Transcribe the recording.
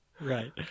Right